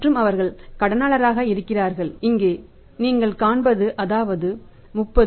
மற்றும் அவர்கள் கடனாளர்களாக இருக்கிறார்கள் இங்கே நீங்கள் காண்பது அதாவது 30